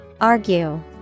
Argue